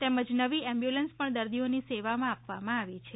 તેમજ નવી એમ્બ્યુલન્સ પણ દર્દીઓની સેવામાં આપવામાં આવી છે